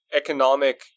economic